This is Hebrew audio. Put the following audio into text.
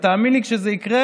תאמין לי, כשזה יקרה